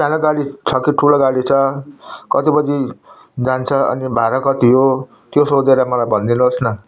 सानो गाडी छ कि ठुलो गाडी छ कति बजी जान्छ अनि भाडा कति हो त्यो सोधेर मलाई भनिदिनु होस् न